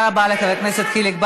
תודה רבה לחבר הכנסת חיליק בר.